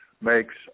makes